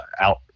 out